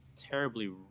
terribly